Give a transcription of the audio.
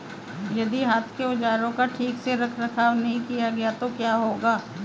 यदि हाथ के औजारों का ठीक से रखरखाव नहीं किया गया तो क्या होगा?